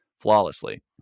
flawlessly